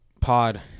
pod